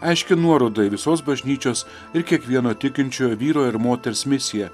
aiški nuoroda į visos bažnyčios ir kiekvieno tikinčiojo vyro ir moters misiją